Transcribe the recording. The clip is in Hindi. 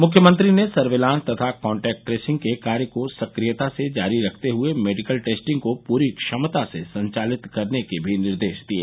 मुख्यमंत्री ने सर्विलांस तथा कॉन्टेक्ट ट्रेसिंग के कार्य को सक्रियता से जारी रखते हुए मेडिकल टेस्टिंग को पूरी क्षमता से संचालित करने के मी निर्देश दिये